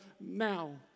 now